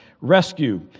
rescue